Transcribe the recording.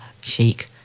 chic